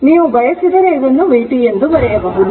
ನೀವು ಬಯಸಿದರೆ ನೀವು ಇದನ್ನು vt ಎಂದು ಬರೆಯಬಹುದು